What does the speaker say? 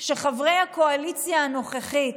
שחברי הקואליציה הנוכחית